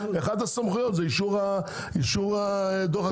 אחד הסמכויות זה אישור הדוח הכספי.